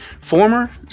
former